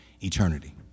Eternity